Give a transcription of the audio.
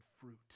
fruit